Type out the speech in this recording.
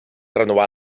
renovar